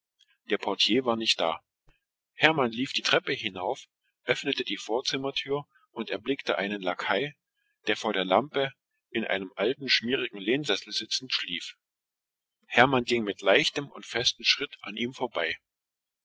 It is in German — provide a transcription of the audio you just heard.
der portier war nicht da hermann eilte die treppe hinauf öffnete die tür zum vorzimmer und erblickte dort einen diener der in einem altertümlichen nicht mehr sauberen armsessel unter einer lampe eingeschlafen war mit leichtem aber sicheren schritt ging hermann an ihm vorüber